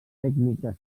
tècniques